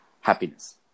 Happiness